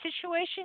situation